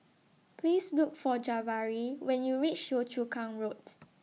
Please Look For Jabari when YOU REACH Yio Chu Kang Road